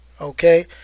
okay